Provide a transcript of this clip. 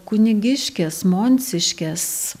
kunigiškis monciškės